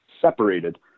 separated